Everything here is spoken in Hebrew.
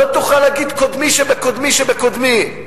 לא תוכל להגיד: קודמי שבקודמי שבקודמי.